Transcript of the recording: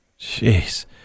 Jeez